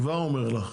אני כבר אומר לך.